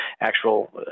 actual